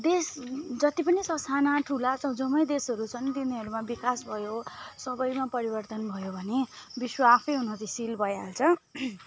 देश जति पनि ससाना ठुला जम्मै देशहरू छन् तिनीहरूमा विकास भयो सबैमा परिवर्तन भयो भने विश्व आफै उन्नतिशील भइहाल्छ